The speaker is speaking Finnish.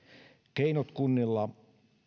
keinot kunnilla